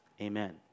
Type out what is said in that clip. Amen